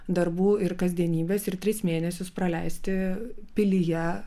darbų ir kasdienybės ir tris mėnesius praleisti pilyje